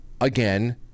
again